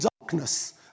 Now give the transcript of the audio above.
darkness